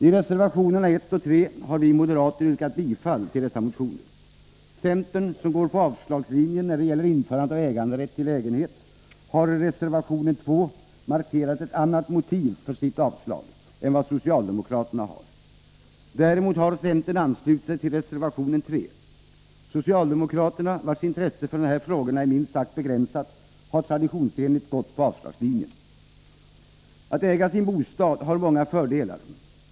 I reservationerna 1 och 3 har vi moderater yrkat bifall till dessa motioner. Centern, som går på avslagslinjen när det gäller införande av äganderätt till lägenhet, har i reservation 2 markerat ett annat motiv för sitt avstyrkande än vad socialdemokraterna har. Däremot har centern anslutit sig till reservation 3. Socialdemokraterna, vars intresse för de här frågorna är minst sagt begränsat, har traditionsenligt gått på avslagslinjen. Att äga sin bostad har många fördelar.